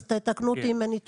אז תתקנו אותי אם אני טועה.